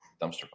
dumpster